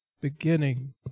beginning